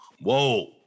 Whoa